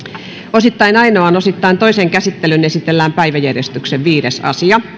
osittain ainoaan osittain toiseen käsittelyyn esitellään päiväjärjestyksen viides asia